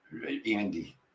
Andy